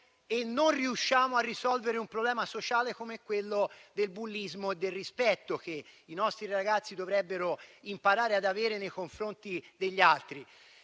e non riusciamo a risolvere un problema sociale come quello del bullismo e del rispetto che i nostri ragazzi dovrebbero imparare ad avere nei confronti degli altri.